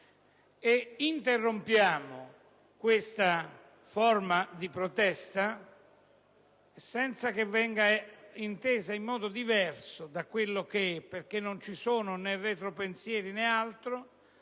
e interrompiamo questa forma di protesta senza che ciò venga inteso in modo diverso da quello che è, perché non ci sono né retropensieri né altro.